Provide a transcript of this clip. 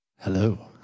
Hello